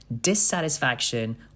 dissatisfaction